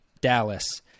Dallas